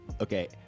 Okay